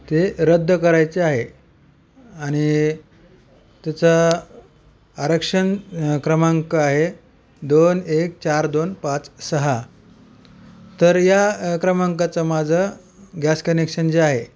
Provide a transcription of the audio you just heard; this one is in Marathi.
ते रद्द करायचे आहे आणि त्याचं आरक्षण क्रमांक आहे दोन एक चार दोन पाच सहा तर या क्रमांकाचं माझं गॅस कनेक्शन जे आहे